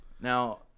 Now